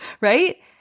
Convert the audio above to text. right